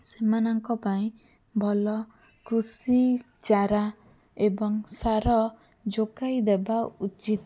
ସେମାନଙ୍କ ପାଇଁ ଭଲ କୃଷିଚାରା ଏବଂ ସାର ଯୋଗାଇ ଦେବା ଉଚିତ